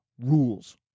rules